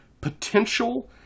potential